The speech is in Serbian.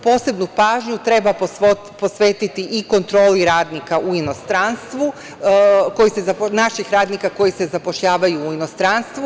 Posebnu pažnju treba posvetiti i kontroli radnika u inostranstvu, naših radnika koji se zapošljavaju u inostranstvu.